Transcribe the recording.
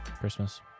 Christmas